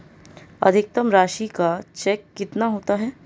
अधिकतम राशि का चेक कितना होता है?